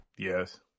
yes